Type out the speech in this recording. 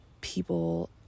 people